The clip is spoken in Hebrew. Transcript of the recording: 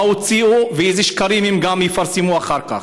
מה הוציאו ואילו שקרים הם גם יפרסמו אחר כך.